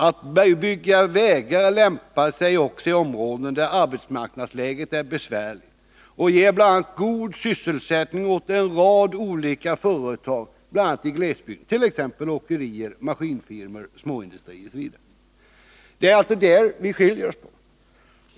Att bygga vägar lämpar sig också i områden där arbetsmarknadsläget är besvärligt och ger god sysselsättning åt en rad olika företag, bl.a. i glesbygd — åkerier, maskinfirmor, småindustrier OSV. Det är alltså där vi skiljer oss åt.